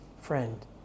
Friend